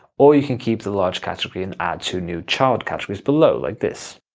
or you can keep the large category and add two new child categories below, like this.